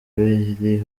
biri